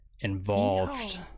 involved